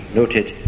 noted